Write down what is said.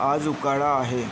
आज उकाडा आहे